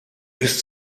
ist